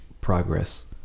progress